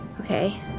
Okay